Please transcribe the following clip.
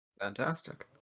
fantastic